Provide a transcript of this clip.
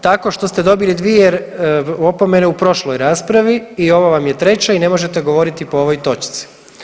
Tako što ste dobili dvije opomene u prošloj raspravi i ovo vam je treća i ne možete govoriti po ovoj točci.